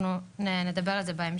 אנחנו נדבר על זה בהמשך,